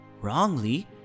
wrongly